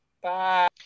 Bye